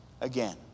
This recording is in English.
again